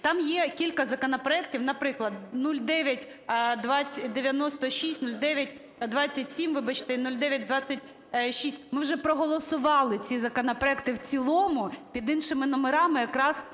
Там є кілька законопроектів, наприклад, 0996, 0927… вибачте, 0926. Ми вже проголосували ці законопроекти в цілому під іншими номерами якраз